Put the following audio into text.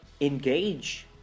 engage